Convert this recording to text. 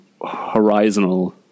horizontal